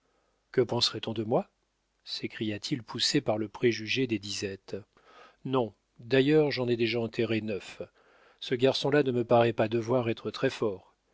que penserait on de moi s'écria-t-il poussé par le préjugé des disettes non d'ailleurs j'en ai déjà enterré neuf ce garçon-là ne me paraît pas devoir être très-fort